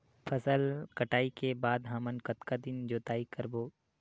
फसल कटाई के बाद हमन कतका दिन जोताई करबो?